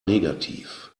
negativ